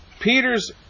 Peter's